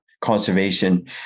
conservation